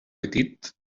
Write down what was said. petit